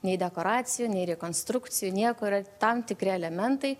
nei dekoracijų nei rekonstrukcijų niekur tam tikri elementai